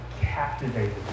captivated